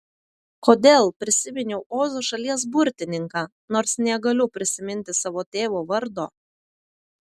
kodėl prisiminiau ozo šalies burtininką nors negaliu prisiminti savo tėvo vardo